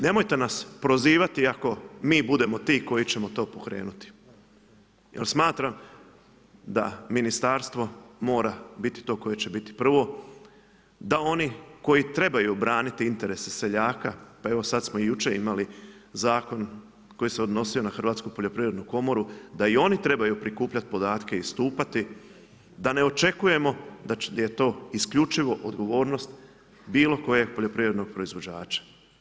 Nemojte nas prozivati ako mi budemo ti koji ćemo to pokrenuti jel smatram da Ministarstvo mora biti to koje će biti prvo, da oni koji trebaju braniti interese seljaka, pa evo sada smo jučer imali zakon koji se odnosi na Hrvatsku poljoprivrednu komoru da i oni trebaju prikupljati podatke istupati, da ne očekujemo da je to isključivo odgovornost bilo kojeg poljoprivrednog proizvođača.